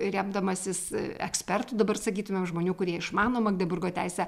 remdamasis ekspertų dabar sakytumėm žmonių kurie išmano magdeburgo teisę